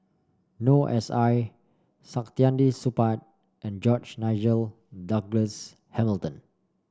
Noor S I Saktiandi Supaat and George Nigel Douglas Hamilton